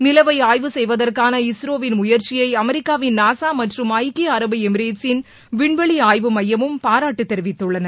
நிலவை ஆய்வு செய்வதற்கான இஸ்ரோவின் முயற்சியை அமெரிக்காவின் நாசா மற்றும் ஐக்கிய அரபு எமிரேட்ஸின் விண்வெளி ஆய்வு மையமும் பாராட்டு தெரிவித்துள்ளன